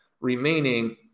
remaining